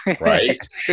Right